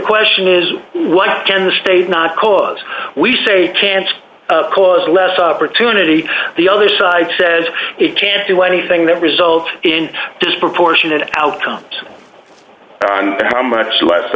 question is what can the state not because we say can't cause less opportunity the other side says it can't do anything that results in disproportionate outcomes on how much less